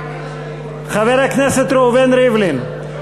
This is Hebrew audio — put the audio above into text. חבר הכנסת ראובן ריבלין,